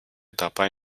dabei